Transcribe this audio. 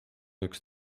üks